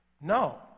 No